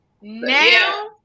now